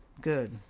good